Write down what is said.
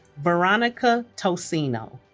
veronica tosino